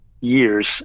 years